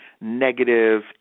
negative